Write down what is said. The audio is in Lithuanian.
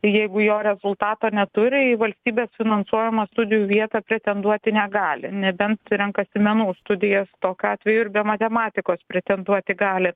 jeigu jo rezultato neturi į valstybės finansuojamą studijų vietą pretenduoti negali nebent renkasi menų studijas tokiu atveju ir be matematikos pretenduoti gali